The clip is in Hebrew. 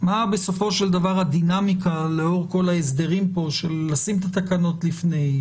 מה בסופו של דבר הדינמיקה לאור כל ההסדרים פה של לשים את התקנות לפני,